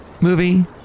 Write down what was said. movie